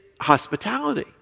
hospitality